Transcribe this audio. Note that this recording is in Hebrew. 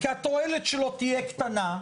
כי התועלת שלו תהיה קטנה,